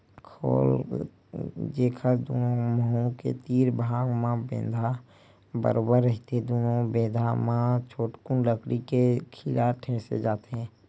खोल, जेखर दूनो मुहूँ के तीर भाग म बेंधा बरोबर रहिथे दूनो बेधा म छोटकुन लकड़ी के खीला ठेंसे जाथे